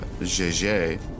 JJ